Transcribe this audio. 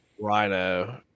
Rhino